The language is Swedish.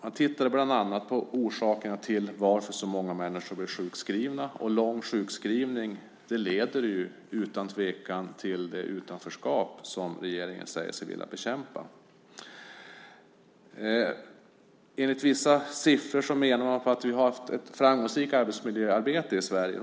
De tittade bland annat på orsakerna till att så många människor blev sjukskrivna, och lång sjukskrivning leder utan tvivel till det utanförskap som regeringen säger sig vilja bekämpa. Enligt vissa siffror menar man att vi har haft ett framgångsrikt arbetsmiljöarbete i Sverige.